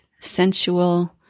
sensual